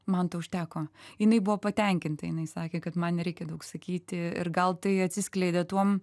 man užteko jinai buvo patenkinta jinai sakė kad man nereikia daug sakyti ir gal tai atsiskleidė tuo